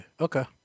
okay